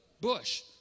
bush